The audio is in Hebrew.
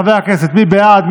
חברי הכנסת, מי בעד?